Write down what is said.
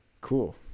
Cool